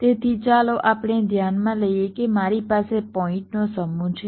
તેથી ચાલો આપણે ધ્યાનમાં લઈએ કે મારી પાસે પોઇન્ટનો સમૂહ છે